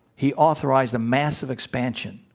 he authorized a massive expansion,